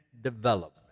development